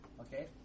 okay